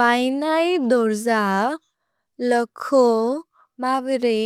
भैनै दुर्ज लोको मबिरेइ